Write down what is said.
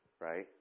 right